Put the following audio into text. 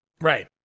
Right